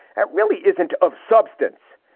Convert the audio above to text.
that really isn't of substance.